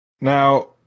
Now